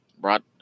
Brought